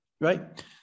right